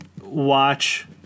watch